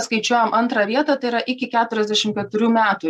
skaičiuojam antrą vietą tai yra iki keturiasdešim keturių metų